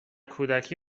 کودکی